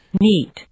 Neat